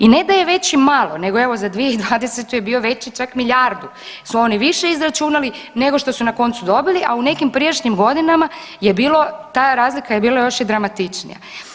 I ne da je veći malo, nego evo za 2020. je bio veći čak milijardu su oni više izračunali nego što su na koncu dobili, a u nekim prijašnjim godinama je bilo ta je razlika bila još i dramatičnija.